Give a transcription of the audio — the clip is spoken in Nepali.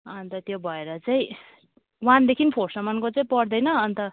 अन्त त्यो भएर चाहिँ वानदेखि फोर सम्मको चाहिँ पर्दैन अन्त